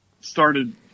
started